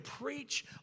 preach